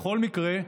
בכל מקרה,